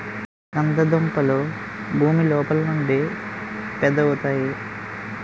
కంద దుంపలు భూమి లోపలుండి పెద్దవవుతాయి